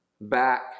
Back